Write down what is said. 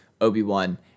Obi-Wan